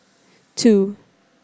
two